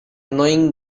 knowing